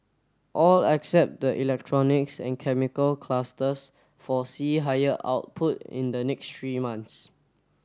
all except the electronics and chemical clusters foresee higher output in the next three months